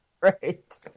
Right